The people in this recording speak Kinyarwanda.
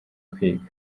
kwiga